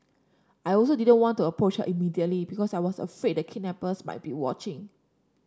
I also didn't want to approach her immediately because I was afraid the kidnappers might be watching